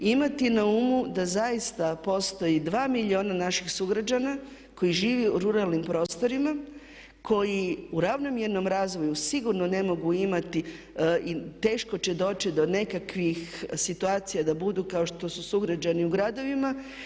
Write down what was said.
Imati na umu da zaista postoji 2 milijuna naših sugrađana koji žive u ruralnim prostorima, koji u ravnomjernom razvoju sigurno ne mogu imati i teško će doći do nekakvih situacija da budu kao što su sugrađani u gradovima.